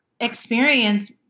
experience